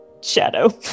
shadow